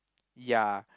ya